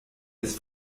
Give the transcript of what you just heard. des